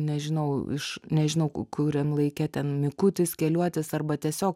nežinau iš nežinau ku kuriam laike ten mikutis keliuotis arba tiesiog